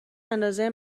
اندازه